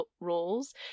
roles